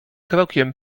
krokiem